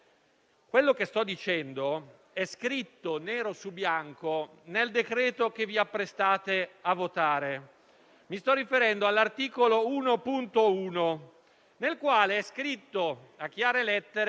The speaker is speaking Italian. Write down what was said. Con il presente decreto-legge fate anche di più; immediatamente passate all'attivazione di tutto questo, ragion per cui il richiedente asilo ha diritto alla carta d'identità,